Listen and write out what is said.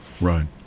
right